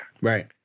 Right